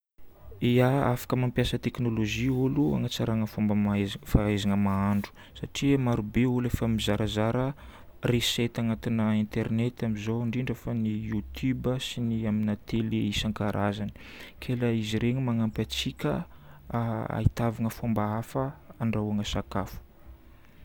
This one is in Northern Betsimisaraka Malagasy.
Ia. Afaka mampiasa technologie olo hanatsarana fomba mahaiz- ahaizana mahandro satria marobe olo efa mizarazara récette agnatina Internet amin'izao, indrindra fa ny Youtube, sy ny amina télé isankarazany. Ke la izy regny mangampy antsika ahitavana fomba hafa andrahoagna sakafo.